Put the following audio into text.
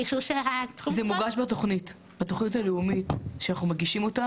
מישהו --- זה מוגש בתוכנית הלאומית שאנחנו מגישים אותה